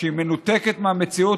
כשהיא מנותקת מהמציאות,